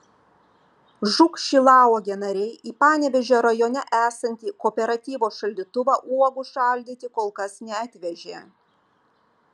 žūk šilauogė nariai į panevėžio rajone esantį kooperatyvo šaldytuvą uogų šaldyti kol kas neatvežė